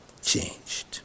changed